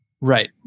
Right